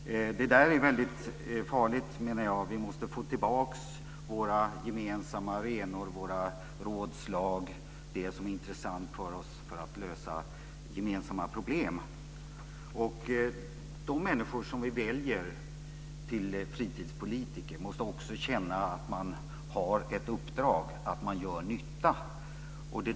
Jag menar att detta är mycket farligt. Vi måste få tillbaka våra gemensamma arenor och rådslag om vad som är intressant för att lösa gemensamma problem. De människor som vi väljer till fritidspolitiker måste känna att de har ett uppdrag och att de gör nytta.